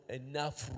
enough